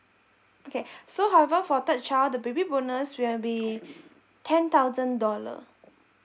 okay so however for third child the baby bonus will be ten thousand dollar